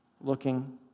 looking